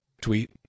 tweet